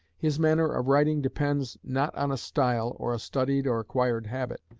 his manner of writing depends, not on a style, or a studied or acquired habit,